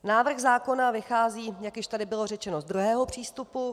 Návrh zákona vychází, jak již tady bylo řečeno, z druhého přístupu.